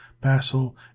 Basel